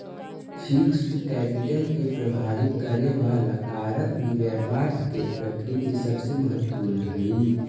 fixed capital के प्रभावित करे वाला कारक में व्यापार के प्रकृति सबसे महत्वपूर्ण हई